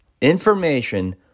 information